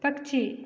पक्षी